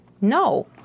No